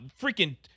freaking